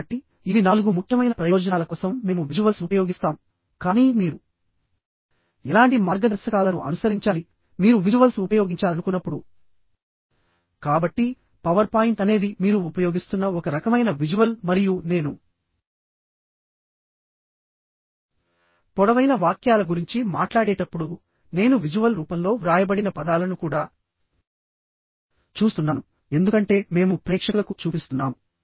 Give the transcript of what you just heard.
కాబట్టిఇవి నాలుగు ముఖ్యమైన ప్రయోజనాల కోసం మేము విజువల్స్ ఉపయోగిస్తాముకానీ మీరు ఎలాంటి మార్గదర్శకాలను అనుసరించాలి మీరు విజువల్స్ ఉపయోగించాలనుకున్నప్పుడు కాబట్టిపవర్ పాయింట్ అనేది మీరు ఉపయోగిస్తున్న ఒక రకమైన విజువల్ మరియు నేను పొడవైన వాక్యాల గురించి మాట్లాడేటప్పుడునేను విజువల్ రూపంలో వ్రాయబడిన పదాలను కూడా చూస్తున్నానుఎందుకంటే మేము ప్రేక్షకులకు చూపిస్తున్నాము